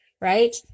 Right